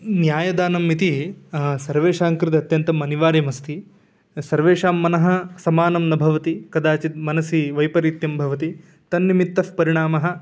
न्यायदानम् इतिसर्वेषां कृते अत्यन्तम् अनिवार्यम् अस्ति सर्वेषां मनः समानं न भवति कदाचित् मनसि वैपरीत्यं भवति तन्निमित्तःपरिणामः